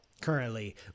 currently